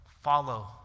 follow